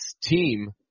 team